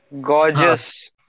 gorgeous